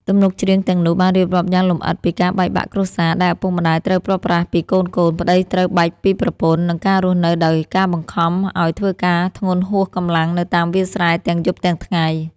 ទំនុកច្រៀងទាំងនោះបានរៀបរាប់យ៉ាងលម្អិតពីការបែកបាក់គ្រួសារ ដែលឪពុកម្តាយត្រូវព្រាត់ប្រាស់ពីកូនៗ ប្តីត្រូវបែកពីប្រពន្ធ និងការរស់នៅដោយការបង្ខំឲ្យធ្វើការធ្ងន់ហួសកម្លាំងនៅតាមវាលស្រែទាំងយប់ទាំងថ្ងៃ។